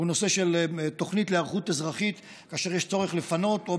הוא הנושא של תוכנית להיערכות אזרחית כאשר יש צורך לפנות יישובים,